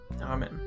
Amen